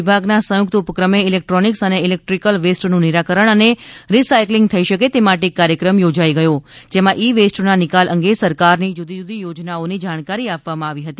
વિભાગના સંયુક્ત ઉપક્રમે ઇલેક્ટ્રોનિકસ અને ઇલેક્ટ્રિકલ વેસ્ટનું નિરાકરણ અને રી સાયકલીંગ થઈ શકે તે માટે એક કાર્યક્રમ યોજાઇ ગયો જેમાં ઈ વેસ્ટના નિકાલ અંગે સરકારની જુદી જુદી યોજનાઓની જાણકારી આપવામાં આવી હતી